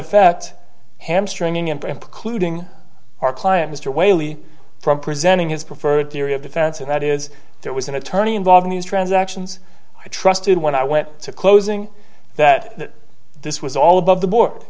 effect hamstringing and clued ing our client mr whaley from presenting his preferred theory of defense and that is there was an attorney involved in these transactions i trusted when i went to closing that this was all above the board